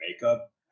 makeup